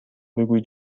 بگویید